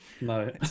No